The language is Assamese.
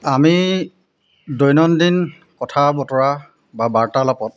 আমি দৈনন্দিন কথা বতৰা বা বাৰ্তালাপত